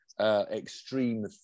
Extreme